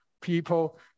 people